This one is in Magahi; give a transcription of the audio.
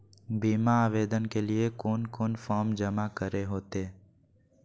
बीमा आवेदन के लिए कोन कोन फॉर्म जमा करें होते